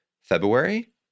February